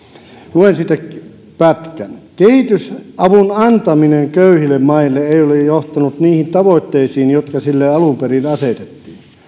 luen siitä pätkän kehitysavun antaminen köyhille maille ei ole ole johtanut niihin tavoitteisiin jotka sille alun perin asetettiin